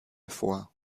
vor